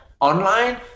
Online